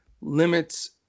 limits